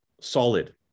solid